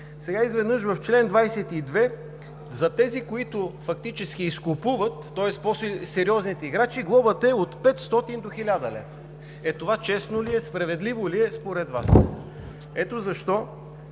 Сега изведнъж в чл. 22 за тези, които фактически изкупуват, тоест по-сериозните играчи, глобата е от 500 до 1000 лв. Е това честно ли е, справедливо ли е според Вас? Ето защо